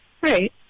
Right